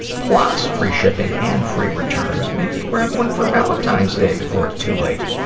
plus free shipping and free returns. maybe you grab one for valentine's day before it's too late.